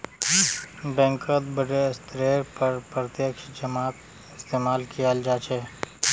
बैंकत बडे स्तरेर पर प्रत्यक्ष जमाक इस्तेमाल कियाल जा छे